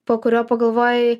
po kurio pagalvojai